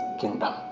kingdom